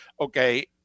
Okay